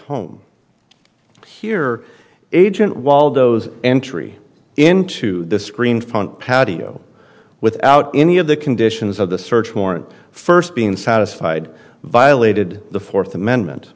home here agent waldo's entry into the screen front patio without any of the conditions of the search warrant first being satisfied violated the fourth amendment